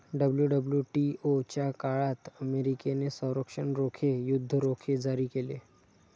WWTO च्या काळात अमेरिकेने संरक्षण रोखे, युद्ध रोखे जारी केले